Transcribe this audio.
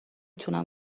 تونم